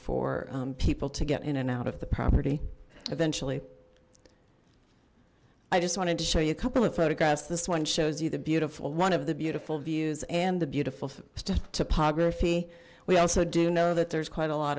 for people to get in and out of the property eventually i just wanted to show you a couple of photographs this one shows you the beautiful one of the beautiful views and the beautiful topography we also do know that there's quite a lot